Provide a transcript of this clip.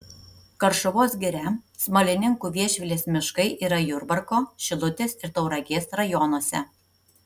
karšuvos giria smalininkų viešvilės miškai yra jurbarko šilutės ir tauragės rajonuose